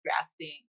drafting